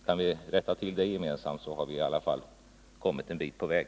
Kan vi rätta till det gemensamt har vi i alla fall kommit en bit på väg.